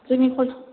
जोंनि कलेज